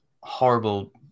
horrible